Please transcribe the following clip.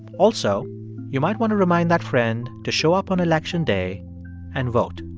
also you might want to remind that friend to show up on election day and vote.